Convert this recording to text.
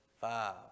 five